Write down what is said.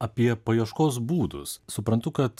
apie paieškos būdus suprantu kad